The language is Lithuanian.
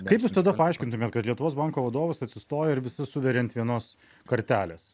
kaip jūs tada paaiškintumėt kad lietuvos banko vadovas atsistoja ir visa suveria ant vienos kartelės